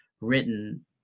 written